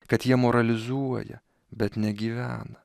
kad jie moralizuoja bet negyvena